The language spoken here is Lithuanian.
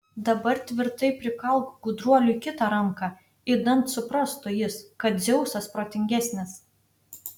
dabar tvirtai prikalk gudruoliui kitą ranką idant suprastų jis kad dzeusas protingesnis